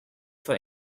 for